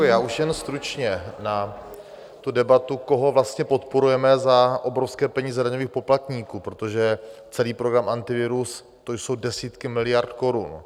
Já už jen stručně na tu debatu, koho vlastně podporujeme za obrovské peníze daňových poplatníků, protože celý program Antivirus, to jsou desítky miliard korun.